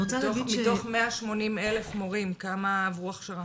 מתוך 180,000 מורים, כמה עברו הכשרה?